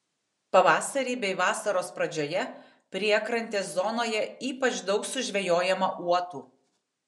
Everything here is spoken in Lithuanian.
pavasarį bei vasaros pradžioje priekrantės zonoje ypač daug sužvejojama uotų